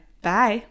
Bye